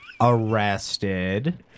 arrested